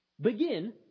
begin